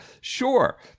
Sure